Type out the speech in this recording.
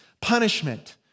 punishment